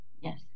yes